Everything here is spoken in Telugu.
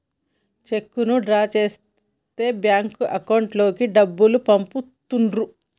చెక్కును డ్రా చేస్తే బ్యాంక్ అకౌంట్ లోకి డబ్బులు పంపుతుర్రు